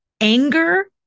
Anger